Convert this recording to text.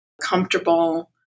comfortable